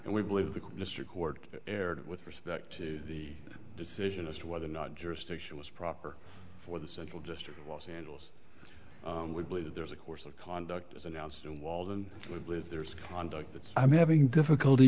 and we believe that mr cord erred with respect to the decision as to whether or not jurisdiction was proper for the central district los angeles we believe that there is a course of conduct as announced and walden would live there's a conduct that i'm having difficulty